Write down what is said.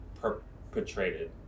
perpetrated